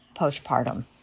postpartum